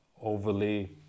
overly